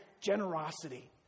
generosity